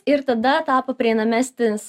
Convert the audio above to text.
ir tada tapo prieinamesnis